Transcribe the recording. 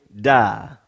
die